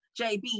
JB